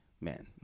man